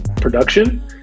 production